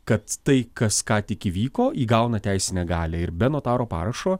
kad tai kas ką tik įvyko įgauna teisinę galią ir be notaro parašo